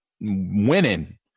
winning